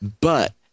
But-